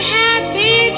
happy